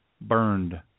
burned